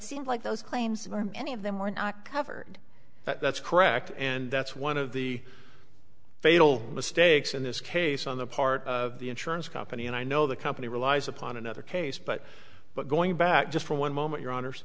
seemed like those claims were many of them were not covered that's correct and that's one of the fatal mistakes in this case on the part of the insurance company and i know the company relies upon another case but but going back just for one moment your hono